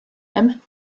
him